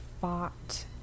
fought –